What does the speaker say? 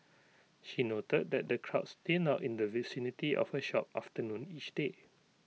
she noted that the crowds thin out in the vicinity of her shop afternoon each day